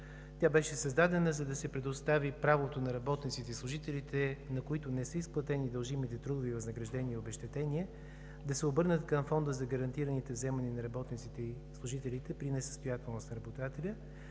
Тя беше създадена, за да се предостави правото на работниците и служителите, на които не са изплатени дължимите трудови възнаграждения и обезщетения, да се обърнат към Фонда за гарантираните вземания на работниците и служителите при несъстоятелност на работодателя,